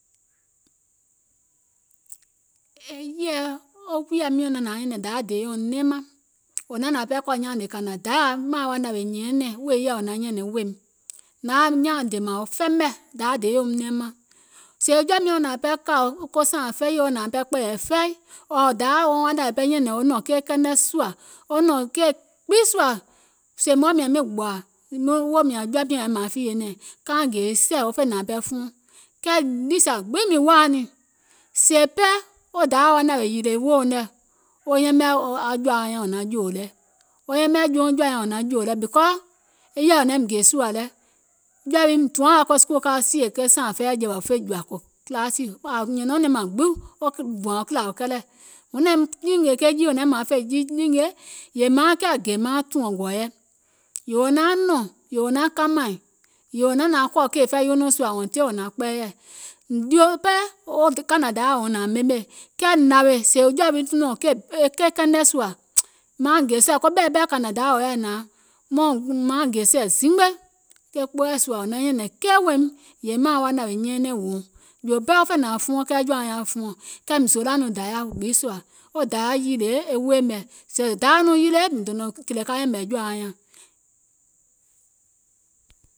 E yèɛ wo wùìya miɔ̀ŋ naŋ nȧaŋ nyɛ̀nɛ̀ŋ dayȧ deeyèuŋ nɛɛmaŋ, wò naŋ nȧaŋ pɛɛ kɔ̀ nyàànè kȧnȧ dayàa, maȧŋ wa nȧwèè nyɛɛnɛ̀ŋ wèè yèɛ naŋ nyɛ̀nɛ̀ŋ weèim, naŋ yaȧ nyaȧiŋ dè mȧȧn fɛmɛ̀, dayȧ deeyèuŋ nɛɛmaŋ. Sèè wo jɔ̀ȧ miɔ̀ŋ wo nȧaŋ pɛɛ kȧ ko sȧȧŋ fɛiyiì wo nȧaŋ pɛɛ kpɛ̀ɛ̀yɛ̀ fɛi, ɔ̀ɔ̀ dayȧ wouŋ wa nȧwèè pɛɛ nyɛ̀nɛ̀ŋ wo nɔ̀ŋ keì kɛnɛ sùȧ, wo nɔ̀ŋ keì gbiŋ sùȧ, sèèìm woȧ mìȧŋ miŋ gbòȧ miŋ woò mìȧŋ jɔ̀ȧ miɔ̀ŋ yȧ mȧaŋ fììyè nɛ̀ŋ, kauŋ gè sɛ̀ wo fè nȧaŋ pɛɛ fuɔŋ, kɛɛ niìsìa gbiŋ mìŋ woȧ nìŋ, sèè pɛɛ wo dayȧ wa nȧwèè yìlè weèuŋ nɛ̀ wo yɛmɛ̀ aŋ jɔ̀ȧuŋ nyȧŋ wò naŋ jòò lɛ, wo yɛmɛ̀ jouŋ jɔ̀ȧ nyaŋ wò naŋ jòò lɛ because e yèɛ wò naim gè sùȧ lɛ, jɔ̀ȧ wii mìŋ tùɔɔ̀ŋ wa ko school wo ka wo sìè sȧȧŋ fɛiɛ̀ jɛ̀wɛ̀ wo fè jɔ̀ȧ kò kilasìi, mùŋ nyɛ̀nɛùŋ nɛ̀ŋ maŋ gbiŋ wo dùȧŋ kìlȧ wo kɛlɛ̀, wuŋ naim nyììnè ke jii wò naim nȧaŋ fè jii nyingè yèè mauŋ kiȧ gè mauŋ tùɔ̀ŋ gɔɔyɛ, yèè wò naaŋ nɔ̀ŋ yèè wò naŋ kamàìŋ yèè wò naŋ nȧaŋ kɔ̀ kèè fɛiyiuŋ nɔɔ̀ŋ sùȧ until wò naŋ kpɛɛyɛ̀, jòò pɛɛ wo kȧnȧ dayȧa wòuŋ nȧaŋ ɓemè, kɛɛ nȧwèè sèè jɔ̀ȧ wii nɔ̀ŋ e keì kɛnɛ sùȧ mìŋ nauŋ gè sɛ̀ koɓɛ̀i ɓɛɛ kȧnȧ dayȧ wò yaȧ nȧaŋ mauŋ gè sɛ̀ zimgbe ke kpooɛ̀ sùȧ wò naŋ nyɛ̀nɛ̀ŋ keì weèim, miŋ naȧŋ wa nȧwèè nyɛɛnɛ̀ŋ, jòò pɛɛ wo fè nȧaŋ fuɔŋ kɛɛ jɔ̀ȧuŋ nyȧŋ yaȧ fuɔŋ kɛɛ mìŋ zoolȧ nɔŋ dayȧ e gbiŋ sùȧ wèè dayȧ yìlè e weè mɛ̀, sèè dayȧ nɔŋ yileè mìŋ dònȧŋ kìlè ka yɛ̀mɛ̀ aŋ jɔ̀àuŋ nyȧŋ.